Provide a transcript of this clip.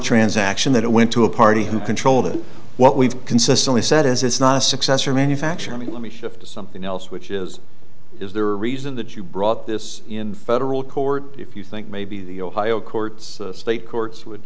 transaction that it went to a party who control that what we've consistently said is it's not a successor manufacture i mean let me shift to something else which is is there a reason that you brought this in federal court if you think maybe the ohio courts the state courts would